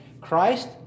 Christ